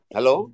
Hello